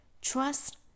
Trust